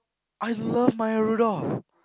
I love Maya-Rudolph